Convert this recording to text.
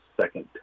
second